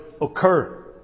occur